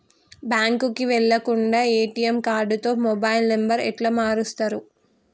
బ్యాంకుకి వెళ్లకుండా ఎ.టి.ఎమ్ కార్డుతో మొబైల్ నంబర్ ఎట్ల మారుస్తరు?